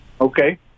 Okay